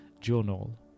journal